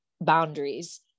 boundaries